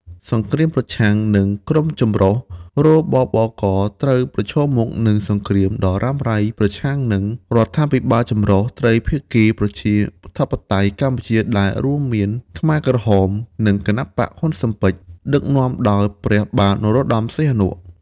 សង្គ្រាមប្រឆាំងនឹងក្រុមចម្រុះ: រ.ប.ប.ក. ត្រូវប្រឈមមុខនឹងសង្គ្រាមដ៏រ៉ាំរ៉ៃប្រឆាំងនឹង រដ្ឋាភិបាលចម្រុះត្រីភាគីប្រជាធិបតេយ្យកម្ពុជាដែលរួមមានខ្មែរក្រហម និងគណបក្សហ៊្វុនស៊ិនប៉ិច ដឹកនាំដោយព្រះបាទនរោត្តម សីហនុ ។